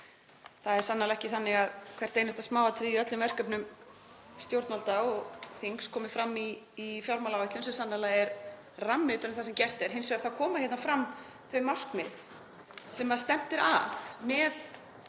Það er sannarlega ekki þannig að hvert einasta smáatriði í öllum verkefnum stjórnvalda og þings komi fram í fjármálaáætlun, sem sannarlega er rammi utan um það sem gert er. Hins vegar koma hérna fram þau markmið sem stefnt er að með